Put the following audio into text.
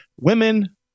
women